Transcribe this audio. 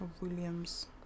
Williams